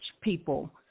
people